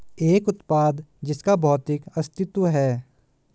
एक उत्पाद जिसका भौतिक अस्तित्व है?